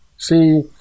See